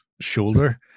shoulder